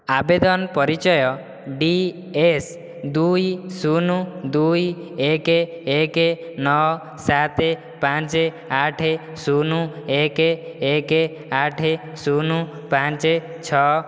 ଆବେଦନ ପରିଚୟ D S ଦୁଇ ଶୂନ ଦୁଇ ଏକ ଏକ ନଅ ସାତ ପାଞ୍ଚ ଆଠ ଶୂନ ଏକ ଏକ ଆଠ ଶୂନ ପାଞ୍ଚ ଛଅ